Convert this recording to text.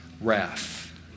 wrath